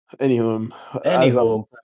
Anywho